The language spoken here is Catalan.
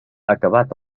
acabat